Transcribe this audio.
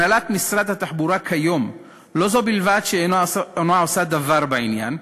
הנהלת משרד התחבורה כיום לא זו בלבד שאינה עושה דבר בעניין,